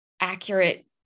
Accurate